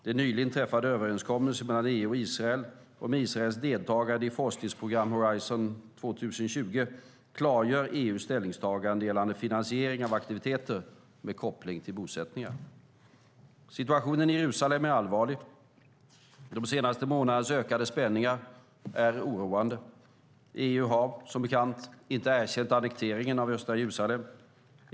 Den nyligen träffade överenskommelsen mellan EU och Israel om Israels deltagande i forskningsprogram Horizon 2020 klargör EU:s ställningstagande gällande finansiering av aktiviteter med koppling till bosättningar. Situationen i Jerusalem är allvarlig. De senaste månadernas ökade spänningar är oroande. EU har, som bekant, inte erkänt annekteringen av östra Jerusalem.